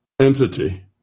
entity